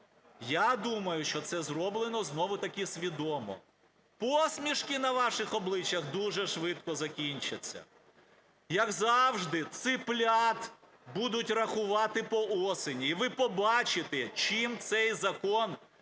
Я думаю, що це зроблено знову-таки свідомо. Посмішки на ваших обличчях дуже швидко закінчаться. Як завжди, циплят будуть рахувати по осені, і ви побачите, чим цей закон, так